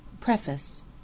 PREFACE